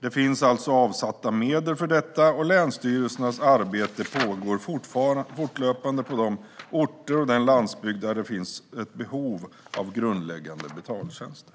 Det finns alltså avsatta medel för detta, och länsstyrelsernas arbete pågår fortlöpande på de orter och den landsbygd där det finns behov av grundläggande betaltjänster.